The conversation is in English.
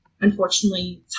unfortunately